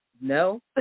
no